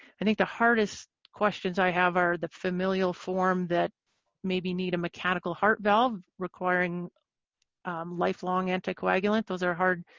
i think the hardest questions i have are the familial form that maybe need a mechanical heart valve, requiring lifelong anticoagulant. those are hard,